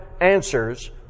answers